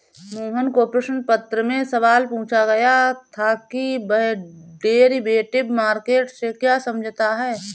मोहन को प्रश्न पत्र में सवाल पूछा गया था कि वह डेरिवेटिव मार्केट से क्या समझता है?